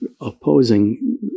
opposing